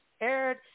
aired